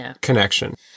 connection